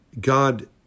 God